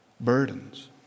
burdens